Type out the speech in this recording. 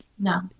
No